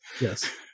yes